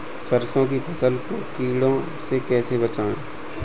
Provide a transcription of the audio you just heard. सरसों की फसल को कीड़ों से कैसे बचाएँ?